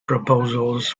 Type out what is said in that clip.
proposals